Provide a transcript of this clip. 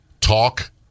talk